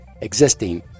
existing